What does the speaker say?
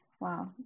Wow